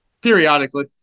periodically